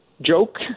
joke